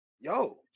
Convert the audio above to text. yo